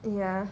ya